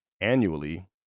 annually